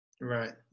Right